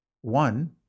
One